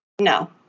No